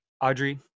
Audrey